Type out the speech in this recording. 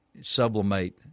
sublimate